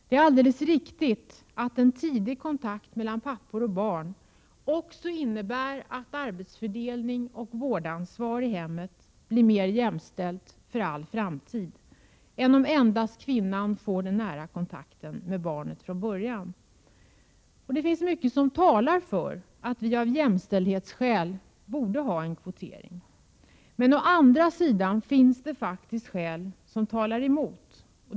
Det är alldeles riktigt att en tidig kontakt mellan pappor och barn också innebär att arbetsfördelning och vårdansvar i hemmet blir mer jämställt för all framtid, än om endast kvinnan från början får den nära kontakten med barnet. Det finns mycket som talar för att vi av jämställdhetsskäl borde ha en kvotering. Men det finns faktiskt skäl som talar emot.